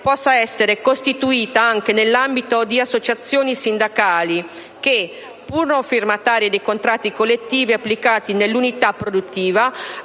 possa essere costituita anche nell'ambito di associazioni sindacali che, pur non firmatarie di contratti collettivi applicati nell'unità produttiva,